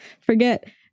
Forget